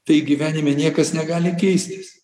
tai gyvenime niekas negali keistis